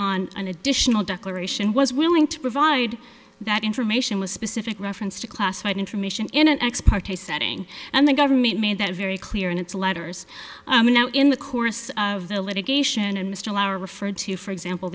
on an additional declaration was willing to provide that information with specific reference to classified information in an ex parte setting and the government made that very clear in its letters and now in the course of the litigation and mr lauer referred to for example